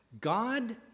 God